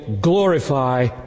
glorify